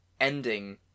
ending